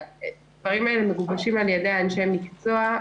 הדברים האלה מגובשים על ידי אנשי מקצוע.